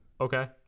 Okay